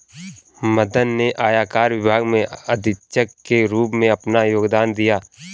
मदन ने आयकर विभाग में अधीक्षक के रूप में अपना योगदान दिया